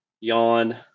Yawn